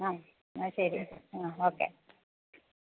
ആ ആ ശരി ആ ഓക്കെ